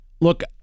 Look